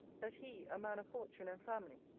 that he, a man of fortune and family,